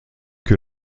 que